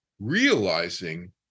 realizing